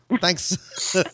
Thanks